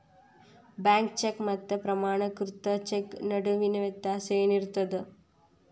Bank cheque ಮತ್ತ ಪ್ರಮಾಣೇಕೃತ cheque ನಡುವಿನ್ ವ್ಯತ್ಯಾಸ ಏನಿರ್ತದ?